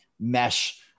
mesh